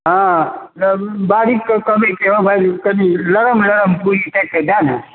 हँ बारीकके कहबै की हँ भाय जे कनि लरम लरम पूरी ताकिके दे ने